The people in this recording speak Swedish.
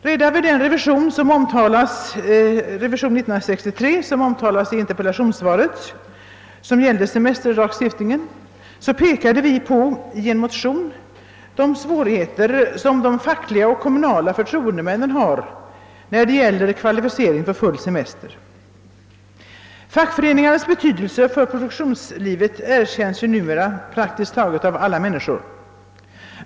Redan vid den revision av semesterlagstiftningen år 1963, som omtalas i interpellationssvaret, pekade vi i en motion på de svårigheter som de fackliga och kommunala förtroendemännen har när det gäller kvalificering för full semester. Fackföreningarnas betydelse för produktionslivet erkänns numera av praktiskt taget alla människor.